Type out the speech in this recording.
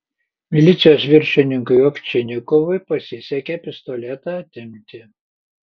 milicijos viršininkui ovčinikovui pasisekė pistoletą atimti